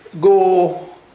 go